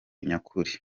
nyakuri